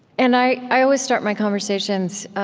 and i i always start my conversations,